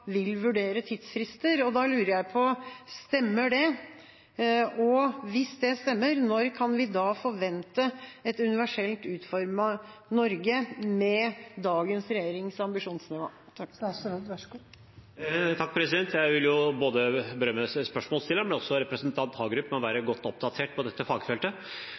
vil vurdere tidsfrister, og da lurer jeg på: Stemmer det? Og hvis det stemmer, når kan vi da forvente et universelt utformet Norge med dagens regjerings ambisjonsnivå? Jeg vil berømme spørsmålsstilleren, men også representanten Hagerup, for å være godt oppdatert på dette fagfeltet.